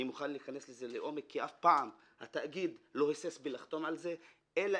אני מוכן להיכנס לזה לעומק כי אף פעם התאגיד לא היסס לחתום על זה אלא